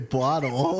bottle